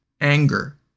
anger